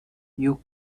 you